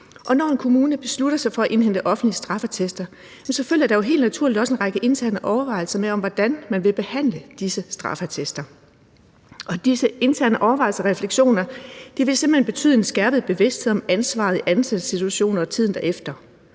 Når en kommune beslutter sig for at indhente offentlige straffeattester, følger der jo helt naturligt også en række interne overvejelser med om, hvordan man vil behandle disse straffeattester. Disse interne overvejelser og refleksioner vil simpelt hen betyde en skærpet bevidsthed om ansvaret i ansættelsessituationen og tiden derefter.